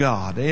God